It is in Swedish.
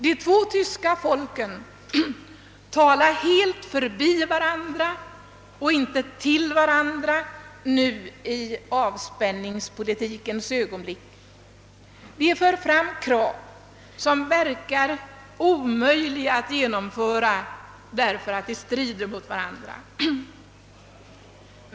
De två tyska folken talar helt förbi varandra och inte till varandra nu i avspänningspolitikens ögonblick. Från vardera sidan föres fram krav på åtgärder som verkar omöjliga att genom föra därför att de strider mot varandra.